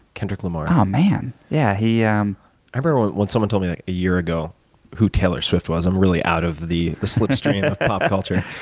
kendrick lamar. oh, um man. yeah, he um i remember when someone told me like a year ago who taylor swift was. i'm really out of the the slipstream of pop culture.